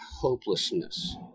hopelessness